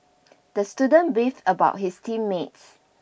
the student beefed about his team mates